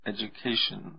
Education